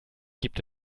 gibt